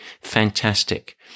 fantastic